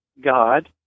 God